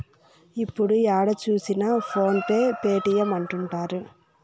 ఇప్పుడు ఏడ చూసినా ఫోన్ పే పేటీఎం అంటుంటారు